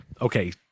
okay